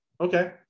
Okay